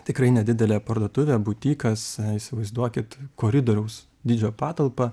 tikrai nedidelė parduotuvė butykas įsivaizduokit koridoriaus dydžio patalpą